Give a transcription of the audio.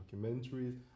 documentaries